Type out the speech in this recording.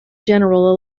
general